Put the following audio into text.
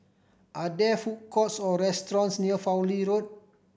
are there food courts or restaurants near Fowlie Road